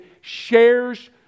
shares